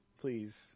Please